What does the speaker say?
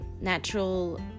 natural